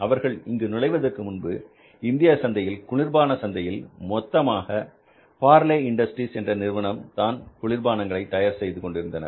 அவர்கள் இங்கு நுழைவதற்கு முன்பு இந்திய சந்தையில் குளிர்பான சந்தையில் மொத்தமாக பார்லே இண்டஸ்ட்ரீஸ் என்ற நிறுவனம் தான் குளிர்பானங்களை தயார் செய்து கொண்டிருந்தனர்